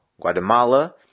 Guatemala